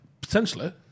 Potentially